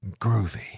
groovy